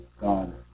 God